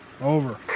Over